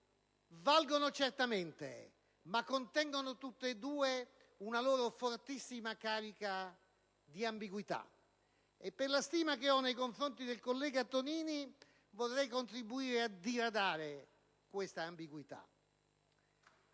valgono certamente, ma contengono entrambe una loro fortissima carica di ambiguità, e per la stima che ho nei confronti del collega Tonini vorrei contribuire a diradare tale ambiguità.